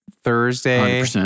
Thursday